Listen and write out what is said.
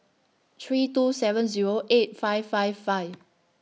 three two seven Zero eight five five five